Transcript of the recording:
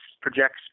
projects